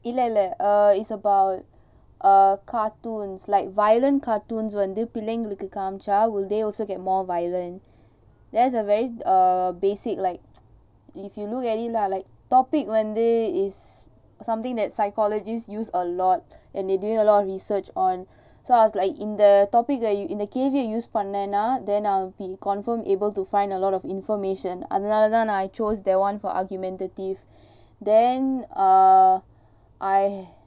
இல்ல இல்ல:illa illa err it's about err cartoons like violent cartoons வந்து பிள்ளைங்களுக்கு காமிச்சா:vanthu pillaingalukku kamichcha will they also get more violent that is a very err basic like if you look at it lah like topic வந்தூ:vanthuu it's something that psychologists use a lot and they doing a lot of research on so I was like in the topic இந்த கேள்விய:intha kelviya use பண்ணேணா:pannennaa then I'll be confirm able to find a lot of information அதனாலதான்:athanaalathan I chose that one for argumentative then err I